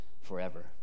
forever